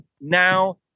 now